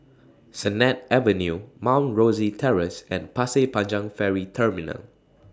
Sennett Avenue Mount Rosie Terrace and Pasir Panjang Ferry Terminal